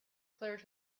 cleared